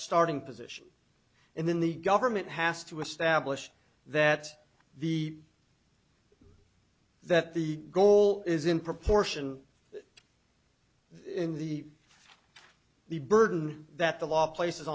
starting position and then the government has to establish that the that the goal is in proportion in the the burden that the law places